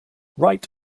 right